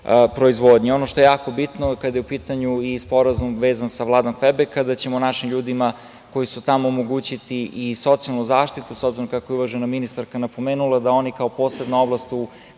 što je jako bitno kada je u pitanju sporazum vezan sa Vladom Kvebeka, da ćemo našim ljudima koji su tamo, omogućiti i socijalnu zaštitu, s obzirom kako je uvažena ministarka napomenula, da oni kao posebna oblast u